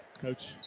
Coach